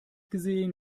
gesehen